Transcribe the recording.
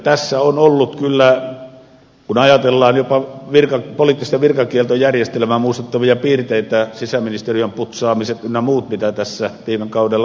tässä on ollut kyllä kun ajatellaan jopa poliittista virkakieltojärjestelmää muistuttavia piirteitä sisäministeriön putsaamiset ynnä muut mitä tässä viime kaudella oli